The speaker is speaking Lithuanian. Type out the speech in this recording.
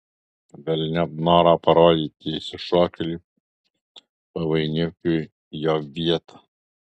velniop norą parodyti išsišokėliui pavainikiui jo vietą